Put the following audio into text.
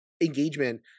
engagement